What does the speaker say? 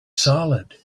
solid